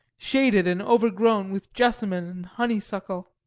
shaded and overgrown with jessamine and honeysuckle.